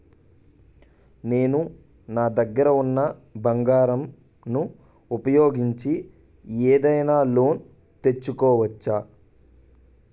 నేను నా దగ్గర ఉన్న బంగారం ను ఉపయోగించి ఏదైనా లోన్ తీసుకోవచ్చా?